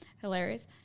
Hilarious